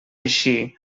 així